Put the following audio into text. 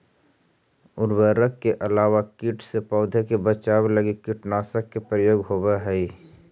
उर्वरक के अलावा कीट से पौधा के बचाव लगी कीटनाशक के प्रयोग होवऽ हई